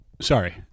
sorry